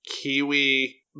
Kiwi